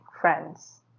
friends